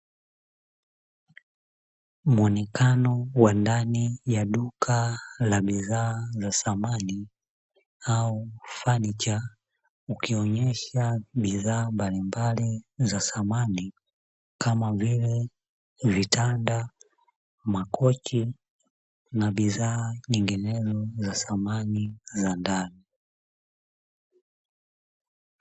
Muonekano wa ndani ya duka la bidhaa za samani au fanicha, ukionesha bidhaa mbalimbali za samani kama vile: vitanda, makochi na bidhaa nyinginezo za samani.